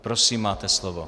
Prosím, máte slovo.